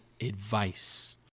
advice